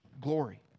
glory